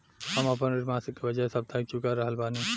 हम आपन ऋण मासिक के बजाय साप्ताहिक चुका रहल बानी